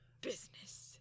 business